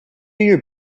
your